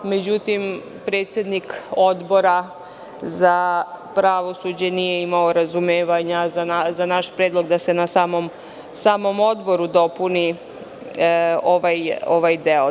Međutim, predsednik Odbora za pravosuđe nije imao razumevanja za naš predlog da se na samom odboru dopuni ovaj deo.